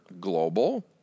Global